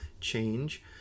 change